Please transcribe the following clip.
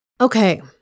Okay